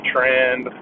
trend